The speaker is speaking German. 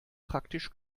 praktisch